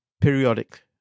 periodic